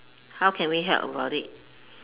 how can we help about it